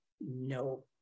No